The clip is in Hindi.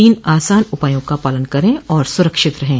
तीन आसान उपायों का पालन करें और सुरक्षित रहें